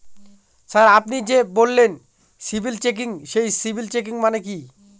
Sir আপনি যে বললেন সিবিল চেকিং সেই সিবিল চেকিং মানে কি?